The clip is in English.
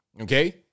Okay